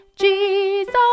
Jesus